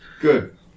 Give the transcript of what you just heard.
Good